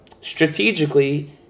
strategically